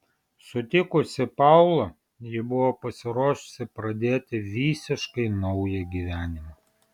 sutikusi paulą ji buvo pasiruošusi pradėti visiškai naują gyvenimą